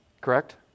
Correct